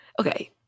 Okay